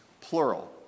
plural